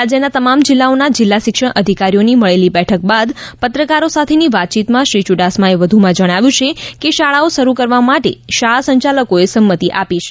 રાજ્યનાં તમામ જિલ્લાઓનાં જિલ્લા શિક્ષણ અધિકારીઓની મળેલી બેઠક બાદ પત્રકારો સાથેની વાતચીતમાં શ્રી યુડાસમાએ વધુમાં જણાવ્યું છે કે શાળાઓ શરૂ કરવા માટે શાળા સંચાલકોએ સંમતી આપી છે